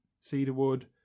Cedarwood